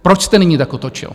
Proč jste nyní tak otočil?